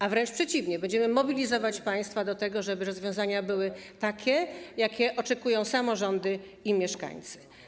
A wręcz przeciwnie, będziemy mogli mobilizować państwa do tego, żeby rozwiązania były takie, jakich oczekują samorządy i mieszkańcy.